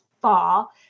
fall